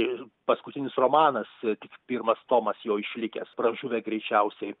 ir paskutinis romanas tik pirmas tomas jo išlikęs pražuvę greičiausiai